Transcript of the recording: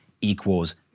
equals